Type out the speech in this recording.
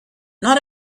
not